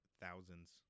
thousands